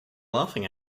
laughing